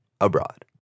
Abroad